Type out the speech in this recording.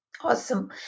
Awesome